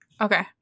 Okay